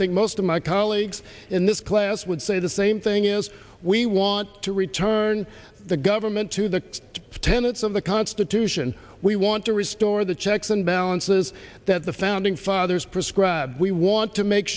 most of my colleagues in this class would say the same thing is we want to return the government to the tenets of the constitution we want to restore the checks and balances that the founding fathers prescribe we want to make